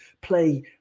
play